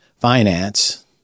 finance